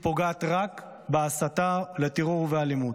היא פוגעת רק בהסתה לטרור ואלימות.